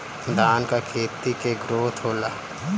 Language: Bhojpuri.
धान का खेती के ग्रोथ होला?